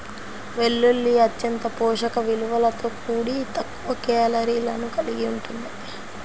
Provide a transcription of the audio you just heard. వెల్లుల్లి అత్యంత పోషక విలువలతో కూడి తక్కువ కేలరీలను కలిగి ఉంటుంది